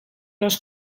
les